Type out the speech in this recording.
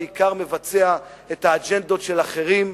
בעיקר מבצע את האג'נדות של אחרים,